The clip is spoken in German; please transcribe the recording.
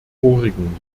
vorigen